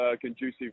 conducive